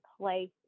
place